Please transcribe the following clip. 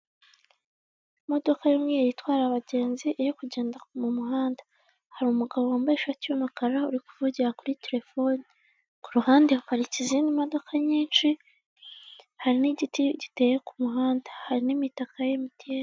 Imodoka y'umweru itwara abagenzi iri kugenda mu muhanda, hari umugabo wambaye ishati y'umukara uri kuvugira kuri telefone, ku ruhande haparitse izindi modoka nyinshi hari n'igiti giteye ku muhanda, hari n'imitaka ya emutiyeni.